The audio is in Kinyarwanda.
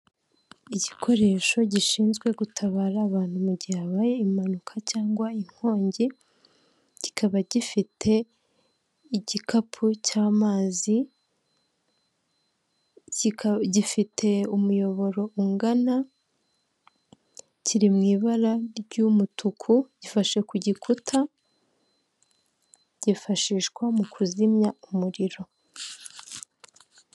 Urukuta runini cyane rwubakishije amatafari y'uburu ndetse n'andi ahiye, ku matafari y'ubururu handikishije amagambo manini mu ibara ry'umweru yanditse ko ari ibitaro by'akarere ka Nyarugenge bikijwe n'indabyo nziza.